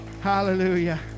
Hallelujah